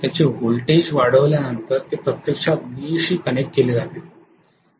त्याचे व्होल्टेज वाढावेल्यानंतर ते प्रत्यक्षात ग्रीड शी कनेक्ट केले जाते